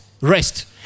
rest